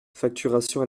facturation